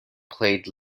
played